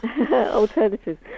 Alternatives